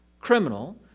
criminal